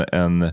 en